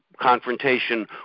confrontation